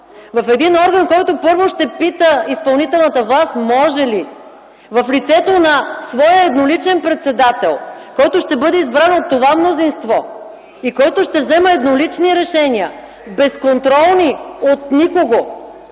В един орган, който първо ще пита изпълнителната власт: „Може ли?”, в лицето на своя едноличен председател, който ще бъде избран от това мнозинство и който ще взема еднолични решения, безконтролни от никого!